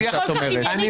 אני